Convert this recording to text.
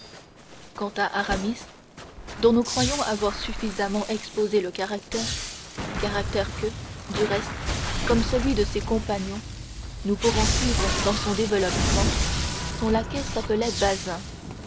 quant à aramis dont nous croyons avoir suffisamment exposé le caractère caractère du reste que comme celui de ses compagnons nous pourrons suivre dans son développement son laquais s'appelait bazin